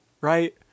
Right